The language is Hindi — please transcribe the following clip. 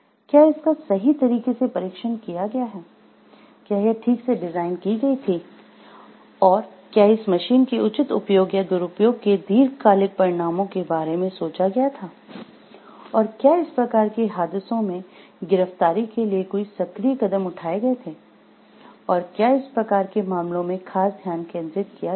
क्या इसका सही तरीके से परीक्षण किया गया है क्या यह ठीक से डिजाइन की गई थी और क्या इस मशीन के उचित उपयोग या दुरुपयोग के दीर्घकालिक परिणामों के बारे में सोचा गया था और क्या इस प्रकार के हादसों में गिरफ्तारी के लिए कोई सक्रिय कदम उठाए गए थे और क्या इस प्रकार के मामलों में खास ध्यान केंद्रित किया गया था